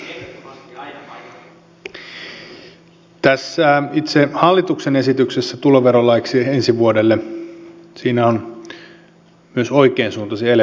itse tässä hallituksen esityksessä tuloverolaiksi ensi vuodelle on myös oikeansuuntaisia elementtejä